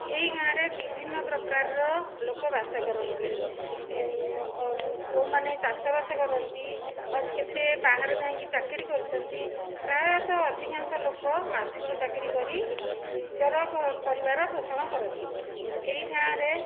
ଏହି ଗାଁରେ ବିଭିନ୍ନ ପ୍ରକାରର ଲୋକ ବାସ କରନ୍ତି କେଉଁମାନେ ଚାଷବାସ କରନ୍ତି ଆଉ କେତେ ବାହାରେ ଯାଇଁକି ଚାକିରି କରିଛନ୍ତି ପ୍ରାୟତଃ ଅଧିକାଂଶ ଲୋକ ମାଷ୍ଟର ଚାକିରି କରି ନିଜର ଘ ପରିବାର ପୋଷଣ କରନ୍ତି ଏହି ଗାଆଁରେ